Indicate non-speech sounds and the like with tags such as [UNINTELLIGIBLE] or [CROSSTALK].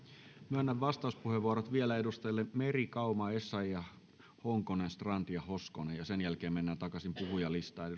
myönnän vastauspuheenvuorot vielä edustajille meri kauma essayah honkonen strand ja hoskonen sen jälkeen mennään takaisin puhujalistaan [UNINTELLIGIBLE]